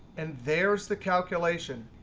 and there's the calculation.